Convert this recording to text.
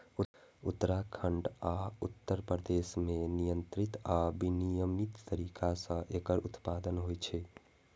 उत्तराखंड आ उत्तर प्रदेश मे नियंत्रित आ विनियमित तरीका सं एकर उत्पादन होइ छै